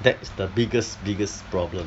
that's the biggest biggest problem